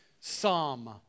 Psalm